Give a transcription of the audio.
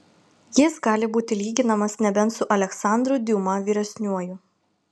jis gali būti lyginamas nebent su aleksandru diuma vyresniuoju